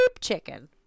chicken